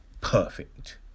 perfect